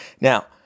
Now